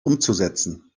umzusetzen